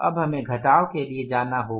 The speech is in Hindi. अब हमें घटाव के लिए जाना होगा